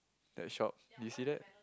that shop did you see that